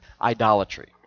idolatry